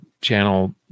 channel